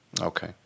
Okay